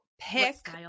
pick